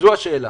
זו השאלה.